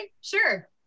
sure